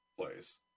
place